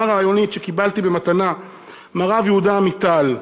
רעיונית שקיבלתי במתנה מהרב יהודה עמיטל.